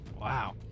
Wow